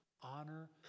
honor